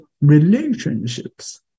relationships